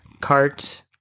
cart